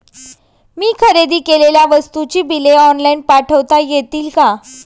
मी खरेदी केलेल्या वस्तूंची बिले ऑनलाइन पाठवता येतील का?